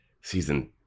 season